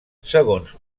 segons